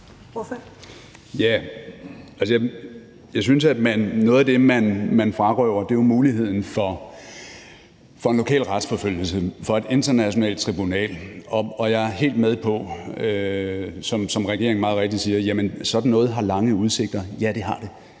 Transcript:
jeg synes, at noget af det, man jo frarøver, er muligheden for en lokal retsforfølgelse, for et internationalt tribunal. Og jeg er helt med på, som regeringen meget rigtigt siger, at sådan noget har lange udsigter. Ja, det har det.